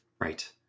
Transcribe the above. Right